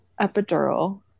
epidural